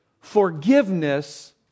forgiveness